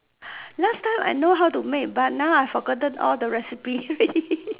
last time I know how to make but now I forgotten all the recipe already